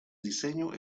diseño